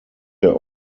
der